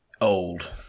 old